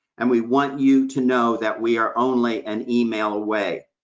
and we want you to know that we are only an email away.